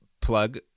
plug